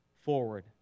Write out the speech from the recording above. forward